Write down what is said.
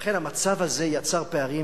לכן, המצב הזה יצר פערים